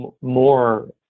More